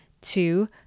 Two